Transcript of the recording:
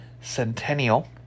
Centennial